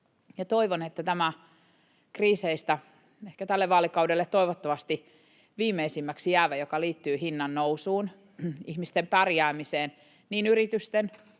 toivon, että tämä kriiseistä ehkä tälle vaalikaudelle, toivottavasti, viimeisimmäksi jäävä, joka liittyy hinnannousuun, ihmisten pärjäämiseen, niin yritysten,